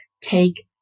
take